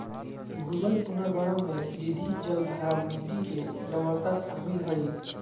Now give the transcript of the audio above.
भूजल पुनर्भरण में वृद्धि, जलभराव, मिट्टी के लवणता शामिल हइ